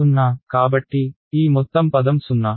0 కాబట్టి ఈ మొత్తం పదం 0